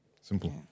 Simple